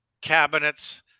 cabinets